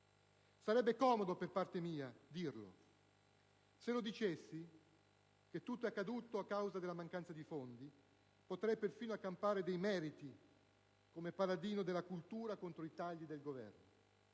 Sarebbe comodo da parte mia dirlo. Se dicessi che tutto è accaduto per mancanza di fondi potrei perfino accampare meriti come paladino della cultura contro i tagli del Governo.